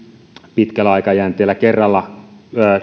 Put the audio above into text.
pitkällä aikajänteellä kerralla